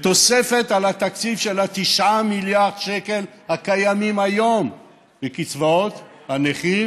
על התקציב של 9 מיליארד השקלים הקיימים היום בקצבאות הנכים